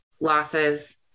losses